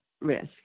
risk